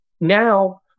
Now